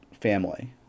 family